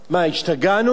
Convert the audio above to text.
מה, השתגענו?